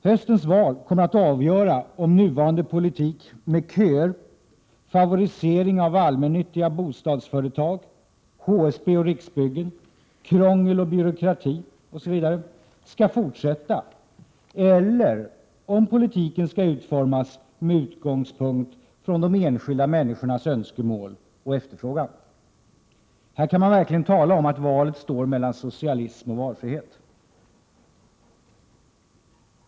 Höstens val kommer att avgöra om nuvarande politik med köer, favorisering av allmännyttiga bostadsföretag, HSB och Riksbyggen, krångel och byråkrati osv. skall fortsätta, eller om politiken skall utformas med utgångspunkt från de enskilda människornas önskemål och efterfrågan. Här kan man verkligen tala om att valet står mellan socialism och valfrihet!